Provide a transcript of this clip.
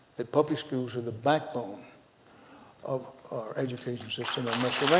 that public schools are the backbone of our education system and must remain